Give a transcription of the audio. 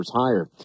higher